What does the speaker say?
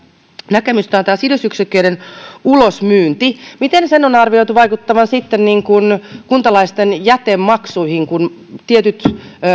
näkemystä tästä sidosyksiköiden ulosmyynnistä miten sen on arvioitu vaikuttavan kuntalaisten jätemaksuihin kun tietyt